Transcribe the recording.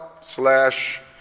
slash